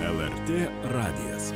lrt radijas